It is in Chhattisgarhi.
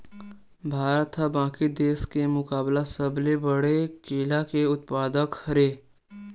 भारत हा बाकि देस के मुकाबला सबले बड़े केला के उत्पादक हरे